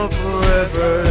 forever